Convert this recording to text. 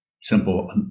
Simple